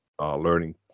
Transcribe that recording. learning